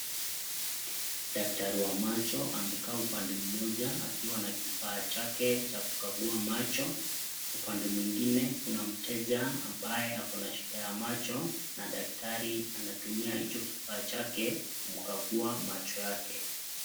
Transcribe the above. Daktari wa macho amekaa upande mmoja akiwa na kifaa chake cha kukagua macho, upande mwingine kuna mteja ambaye akona shida ya macho na daktari anatumia hicho kifaa chake kumkagua macho yake.